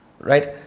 Right